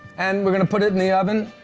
and we're gonna put it in the oven